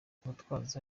gitwaza